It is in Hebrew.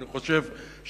אני חושב שנורמטיבית